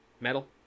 metal